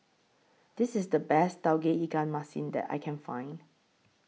This IS The Best Tauge Ikan Masin that I Can Find